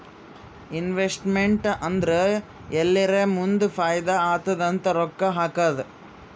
investment ಅಂದುರ್ ಎಲ್ಲಿರೇ ಮುಂದ್ ಫೈದಾ ಆತ್ತುದ್ ಅಂತ್ ರೊಕ್ಕಾ ಹಾಕದ್